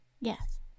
Yes